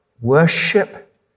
worship